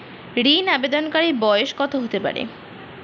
ঋন আবেদনকারী বয়স কত হতে হবে?